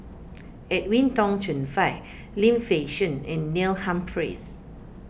Edwin Tong Chun Fai Lim Fei Shen and Neil Humphreys